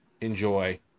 Enjoy